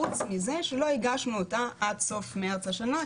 חוץ מזה שלא הגשנו אותה עד סוף מרץ השנה,